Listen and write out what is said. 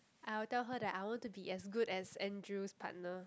I will tell her that I want to be as good as Andrew's partner